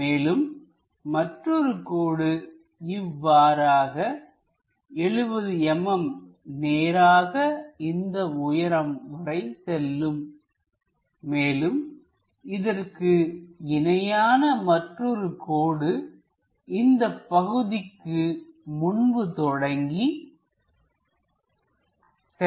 மேலும் மற்றொரு கோடு இவ்வாறாக 70mm நேராக இந்த உயரம் வரை செல்லும் மேலும் இதற்கு இணையான மற்றொரு கோடு இந்த பகுதிக்கு முன்பு தொடங்கி செல்லும்